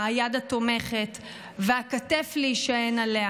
היד התומכת והכתף להישען עליה.